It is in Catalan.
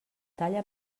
talla